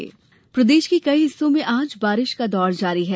मौसम प्रदेश के कई हिस्सों में आज बारिश का दौर जारी है